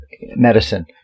medicine